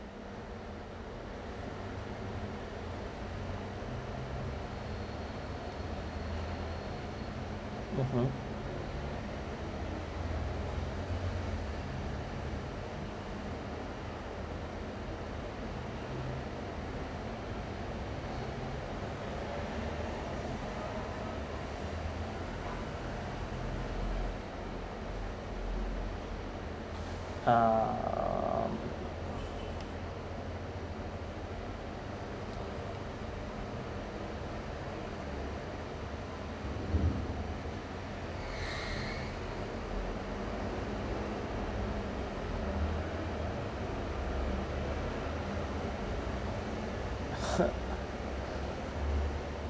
mmhmm uh